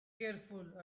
careful